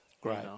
Great